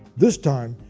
this time,